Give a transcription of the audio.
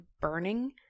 burning